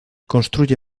construye